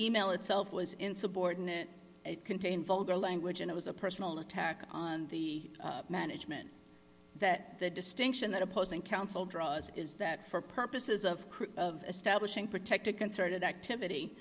mail itself was insubordinate contain vulgar language and it was a personal attack on the management that the distinction that opposing counsel draws is that for purposes of of establishing protected concerted activity